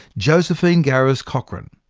josephine garis cochrane,